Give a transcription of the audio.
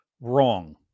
wrong